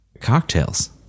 Cocktails